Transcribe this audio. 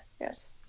yes